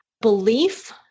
belief